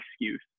excuse